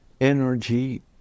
energy